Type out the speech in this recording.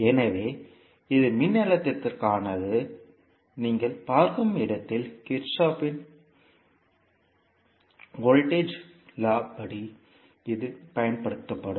எனவே இது மின்னழுத்தத்திற்கானது நீங்கள் பார்க்கும் இடத்தில் கிர்ச்சோஃப்பின் மின்னழுத்த சட்டத்தின் Kirchhoff's voltage law போது இது பயன்படுத்தப்படும்